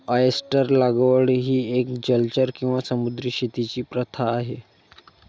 oyster लागवड ही एक जलचर किंवा समुद्री शेतीची प्रथा आहे